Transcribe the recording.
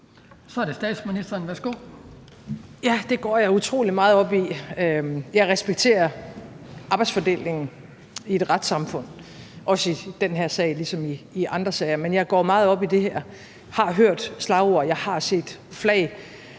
(Mette Frederiksen): Ja, det går jeg utrolig meget op i. Jeg respekterer arbejdsfordelingen i et retssamfund, også i den her sag, ligesom i andre sager, men jeg går meget op i det her. Jeg har hørt slagord, og jeg har set flag.